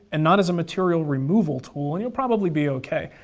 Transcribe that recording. and not as a material removal tool, and you'll probably be okay.